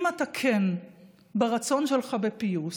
אם אתה כן ברצון שלך בפיוס,